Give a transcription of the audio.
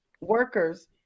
workers